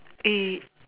it